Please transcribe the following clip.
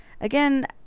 again